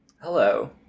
Hello